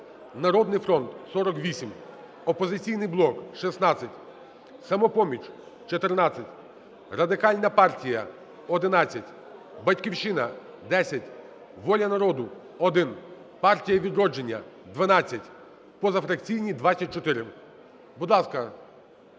"Народний фронт" – 48, "Опозиційний блок" – 16, "Самопоміч" – 14, Радикальна партія – 11, "Батьківщина" – 10, "Воля народу" – 1, "Партія "Відродження" – 12, позафракційні – 24. Будь ласка,